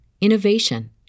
innovation